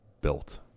built